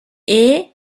est